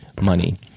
money